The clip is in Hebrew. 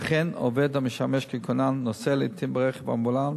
אכן, עובד המשמש ככונן, נוסע לעתים ברכב האמבולנס,